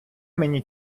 мені